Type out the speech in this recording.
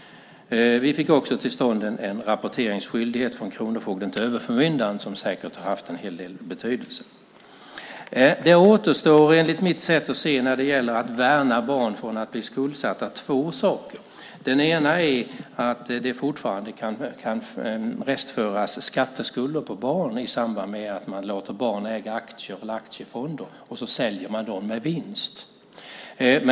Vi fick också till stånd en rapporteringsskyldighet från kronofogden till överförmyndaren, som säkert har haft en betydelse. Det återstår enligt mitt sätt att se när det gäller att värna barn från att bli skuldsatta två saker. Den ena är att det fortfarande kan restföras skatteskulder på barn i samband med att man låter barn äga aktier eller aktiefonder och de säljs med vinst.